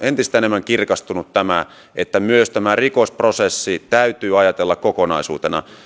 entistä enemmän kirkastunut tämä että myös rikosprosessi täytyy ajatella kokonaisuutena